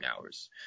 hours